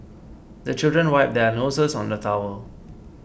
the children wipe their noses on the towel